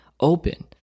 open